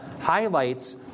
highlights